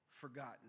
forgotten